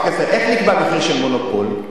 לא,